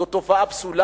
זאת תופעה פסולה.